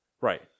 right